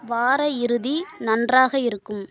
வார இறுதி நன்றாக இருக்கும்